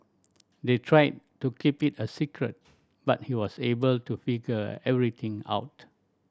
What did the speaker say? they tried to keep it a secret but he was able to figure everything out